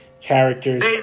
characters